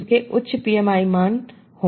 जिसके उच्च PMI मान हो